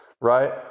Right